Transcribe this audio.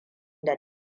da